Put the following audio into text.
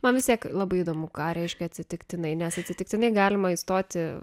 man vis tiek labai įdomu ką reiškia atsitiktinai nes atsitiktinai galima įstoti